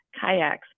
kayaks